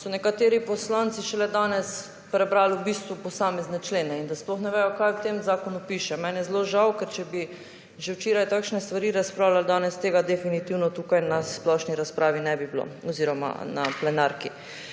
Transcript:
so nekateri poslanci šele danes prebrali v bistvu posamezne člene in da sploh ne vedo kaj v tem zakonu piše. Meni je zelo žal, ker če bi že včeraj takšne stvari razpravljali, danes tega definitivno tukaj na splošni razpravi ne bi bilo oziroma na plenarki.